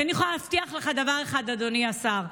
אני יכולה להבטיח לך דבר אחד, אדוני השר: